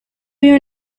you